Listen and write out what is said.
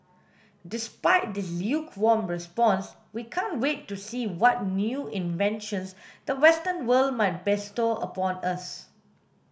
despite this lukewarm response we can't wait to see what new inventions the western world might bestow upon us